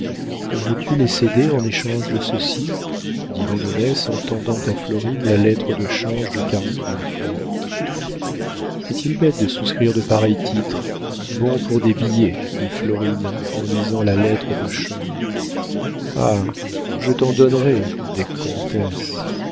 veux-tu les céder en échange de ceci dit vandenesse en tendant à florine la lettre de change de quarante mille francs est-il bête de souscrire de pareils titres bon pour des billets dit florine en lisant la lettre de change ah je t'en donnerai des comtesses